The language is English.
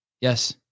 Yes